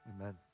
Amen